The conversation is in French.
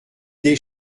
des